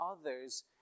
others